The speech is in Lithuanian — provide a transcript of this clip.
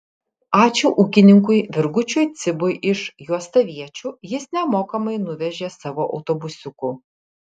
ačiū ūkininkui virgučiui cibui iš juostaviečių jis nemokamai nuvežė savo autobusiuku